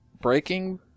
Breaking